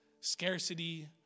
scarcity